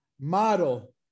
model